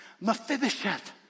Mephibosheth